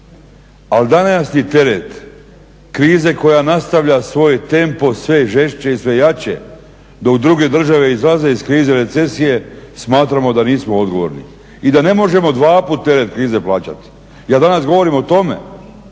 Ali današnji teret krize koja nastavlja svoj tempo sve žešće i sve jače, dok druge države izlaze iz krize i recesije smatramo da nismo odgovorni i da ne možemo dva put teret krize plaćati. Ja danas govorim o tome